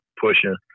pushing